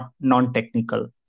non-technical